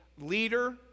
leader